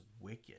wicked